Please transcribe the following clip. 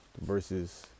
versus